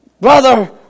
Brother